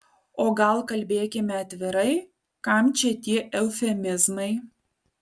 o gal kalbėkime atvirai kam čia tie eufemizmai